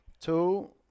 Two